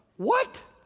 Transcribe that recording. what?